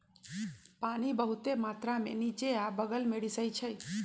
पानी बहुतेक मात्रा में निच्चे आ बगल में रिसअई छई